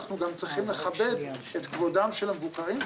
אנחנו גם צריכים לכבד את כבודם של המבוקרים,